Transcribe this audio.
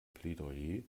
plädoyer